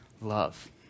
love